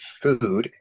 food